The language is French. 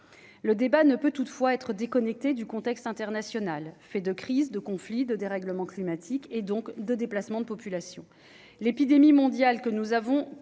le débat ne peut toutefois être déconnectée du contexte international, fait de crise de conflit de dérèglement climatique et donc de déplacements de population, l'épidémie mondiale que nous avons